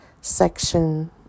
Section